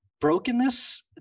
brokenness